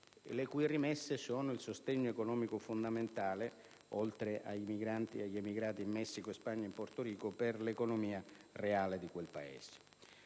le cui rimesse sono il sostegno economico fondamentale, oltre agli emigrati in Messico, Spagna e Portorico, per l'economia reale di quel Paese.